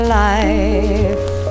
life